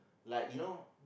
like you know